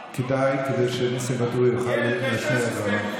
כדאי, כדי שניסים ואטורי יוכל להשמיע את דבריו.